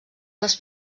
les